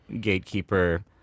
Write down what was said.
gatekeeper